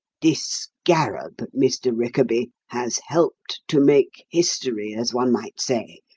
this scarab, mr. rickaby, has helped to make history, as one might say.